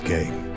Game